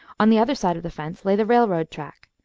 on the other side of the fence lay the railroad track,